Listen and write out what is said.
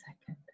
second